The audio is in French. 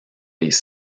les